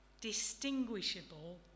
distinguishable